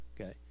Okay